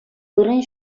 вырӑн